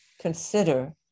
consider